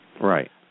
right